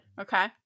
Okay